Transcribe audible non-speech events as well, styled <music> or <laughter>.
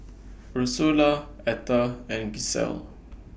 <noise> Ursula Etter and Gisele